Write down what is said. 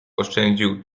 oszczędził